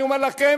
אני אומר לכם